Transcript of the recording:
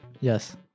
Yes